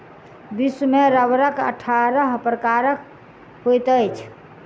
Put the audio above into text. विश्व में रबड़क अट्ठारह प्रकार होइत अछि